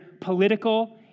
political